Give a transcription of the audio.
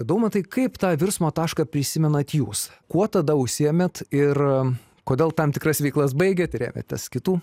daumantai kaip tą virsmo tašką prisimenat jūs kuo tada užsiėmėt ir kodėl tam tikras veiklas baigėt ir ėmėtės kitų